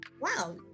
wow